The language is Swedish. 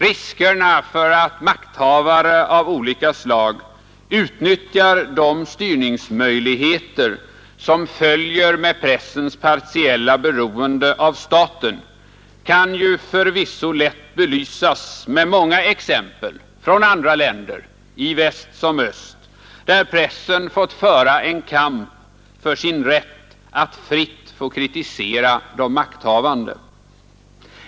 Riskerna för att makthavare av olika slag utnyttjar de styrningsmöjligheter som följer med pressens partiella beroende av staten kan förvisso lätt belysas med många exempel från andra länder i väst eller öst, där pressen fått föra en kamp för sin rätt att fritt få kritisera de makthavande.